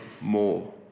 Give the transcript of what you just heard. more